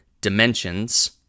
dimensions